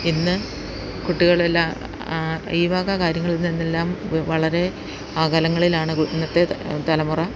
ഇന്ന് കുട്ടികൾ എല്ലാം ഈ വക കാര്യങ്ങളിൽ നിന്നെല്ലാം വളരെ അകലങ്ങളിലാണ് ഇന്നത്തെ തലമുറ